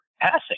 passing